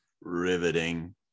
Riveting